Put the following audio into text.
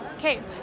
Okay